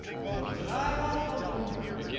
but i'm a hummingbird,